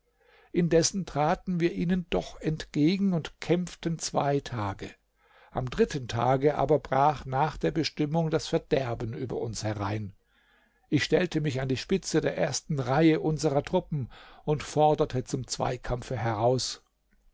indessen traten wir ihnen doch entgegen und kämpften zwei tage am dritten tage aber brach nach der bestimmung das verderben über uns herein ich stellte mich an die spitze der ersten reihe unserer truppen und forderte zum zweikampfe heraus